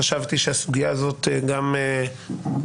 חשבתי שהסוגייה הזאת גם הגיונית,